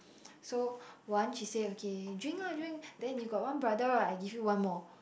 so once she say okay drink lah drink then you got one brother right I give you one more